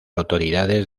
autoridades